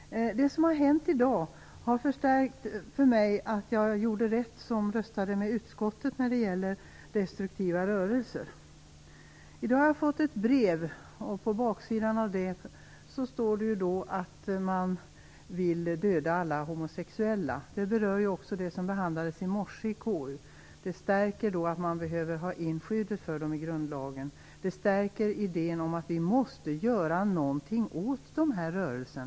Herr talman! Det som har hänt i dag har förstärkt min uppfattning att jag gjorde rätt som röstade med utskottet när det gäller destruktiva rörelser. I dag har jag fått ett brev. På baksidan av det står att man vill döda alla homosexuella. Detta berördes också i morse i samband med behandlingen av KU:s ärenden. Brevet stärker övertygelsen om att vi behöver få ett skydd av de homosexuella i grundlagen, och idén om att vi måste göra någonting åt dessa rörelser.